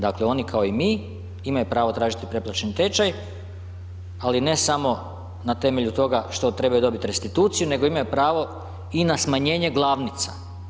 Dakle, oni kao i mi imaju pravo tražiti preplaćeni tečaj, ali ne samo na temelju toga što trebaju dobiti restituciju nego imaju pravo i na smanjenje glavnica.